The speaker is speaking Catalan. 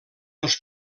els